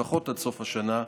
לפחות עד סוף השנה,